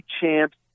champs